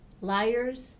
liars